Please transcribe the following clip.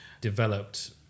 developed